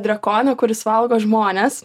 drakoną kuris valgo žmones